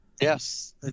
yes